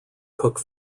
cooke